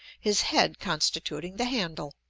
his head constituting the handle.